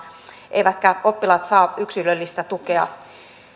eivätkä oppilaat saa yksilöllistä tukea